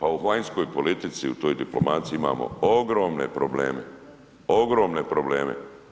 A u vanjskoj politici u toj diplomaciji imamo ogromne probleme, ogromne probleme.